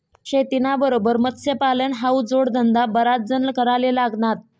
शेतीना बरोबर मत्स्यपालन हावू जोडधंदा बराच जण कराले लागनात